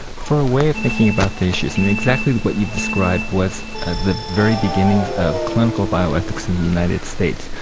for a way of thinking about the issues, and exactly what but you described was ah the very beginning of clinical bioethics in the united states.